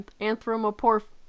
Anthropomorphic